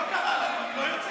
היא לא קראה, אני לא יוצא.